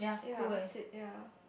ya that's it ya